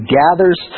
gathers